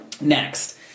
Next